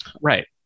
Right